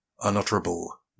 unutterable